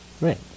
Right